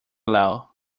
low